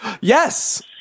Yes